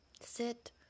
sit